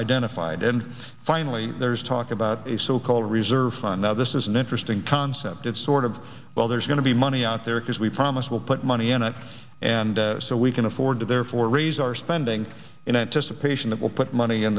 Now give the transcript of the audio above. identified and finally there's talk about a so called reserve fund now this is an interesting concept and sort of well there's going to be money out there because we promise we'll put money in it and so we can afford to therefore raise our spending in anticipation that will put money in